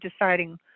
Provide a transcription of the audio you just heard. deciding